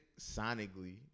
sonically